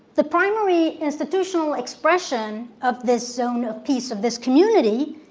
the primary institutional expression of this zone of peace, of this community,